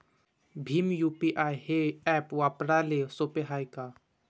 Bhim UPI हे app वापराले सोपे हाय का?